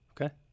Okay